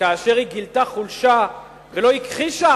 כאשר היא גילתה חולשה ולא הכחישה,